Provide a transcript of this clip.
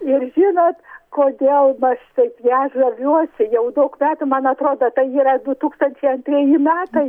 ir žinot kodėl aš taip ja žaviuosi jau daug metų man atrodo tai yra du tūkstančiai antrieji metai